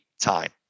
time